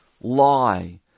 lie